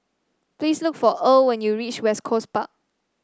please look for Earl when you reach West Coast Park